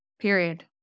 Period